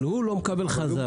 אבל הוא לא מקבל חזרה.